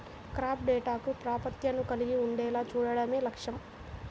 crop డేటాకు ప్రాప్యతను కలిగి ఉండేలా చూడడమే లక్ష్యం